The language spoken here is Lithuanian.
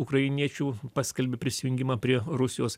ukrainiečių paskelbė prisijungimą prie rusijos